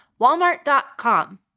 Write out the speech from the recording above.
Walmart.com